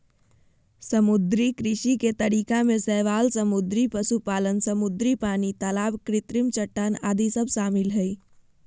समुद्री कृषि के तरीका में शैवाल समुद्री पशुपालन, समुद्री पानी, तलाब कृत्रिम चट्टान आदि सब शामिल हइ